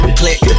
click